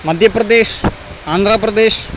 Madhya Pradesh Andhra Pradesh